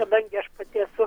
kadangi aš pati esu